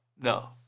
no